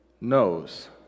knows